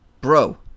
bro